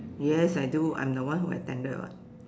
yes I do I'm the one who attended [what]